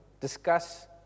discuss